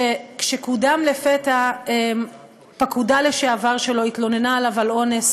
שכאשר קוּדם לפתע פקודה שלו לשעבר התלוננה עליו על אונס